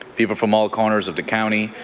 people from all corners of the county,